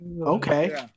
okay